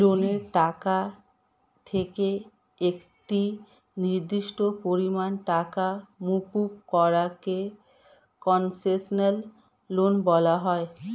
লোনের টাকা থেকে একটি নির্দিষ্ট পরিমাণ টাকা মুকুব করা কে কন্সেশনাল লোন বলা হয়